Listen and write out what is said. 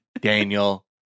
Daniel